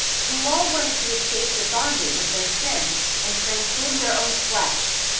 who all wanted to escape the bondage of their sin and transcend their own flesh.